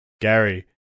Gary